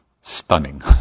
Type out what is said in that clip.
stunning